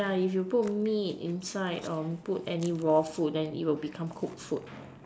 yeah if you put meat inside or put any raw inside then it will become cooked food